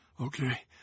Okay